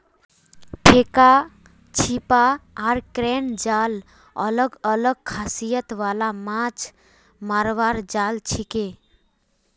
फेका छीपा आर क्रेन जाल अलग अलग खासियत वाला माछ मरवार जाल छिके